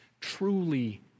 truly